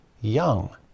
young